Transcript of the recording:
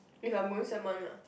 if I'm going sem one lah